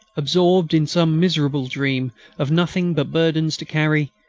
absorbed in some miserable dream of nothing but burdens to carry,